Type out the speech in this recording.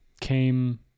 came